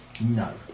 No